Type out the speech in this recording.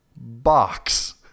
box